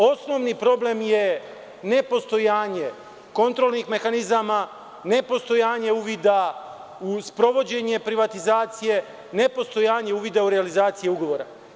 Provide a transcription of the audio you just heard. Osnovni problem je nepostojanje kontrolnih mehanizama, nepostojanje uvida u sprovođenje privatizacije, nepostojanje uvida u realizacije ugovora.